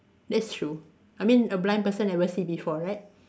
that's true I mean a blind person never see before right